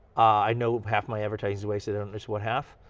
i know half my advertising is wasted on this one half.